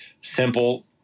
simple